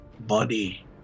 body